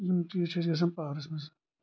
یِم چیٖز چھِ اسہِ گَژَھان پاورَس منٛز